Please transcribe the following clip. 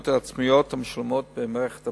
העצמיות המשולמות במערכת הבריאות.